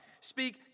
Speak